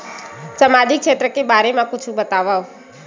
सामजिक क्षेत्र के बारे मा कुछु बतावव?